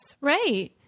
right